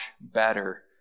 better